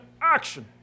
action